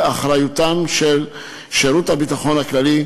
באחריותם של שירות הביטחון הכללי,